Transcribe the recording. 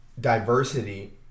diversity